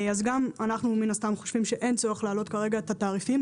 גם אנחנו חושבים שאין צורך להעלות כרגע את התעריפים,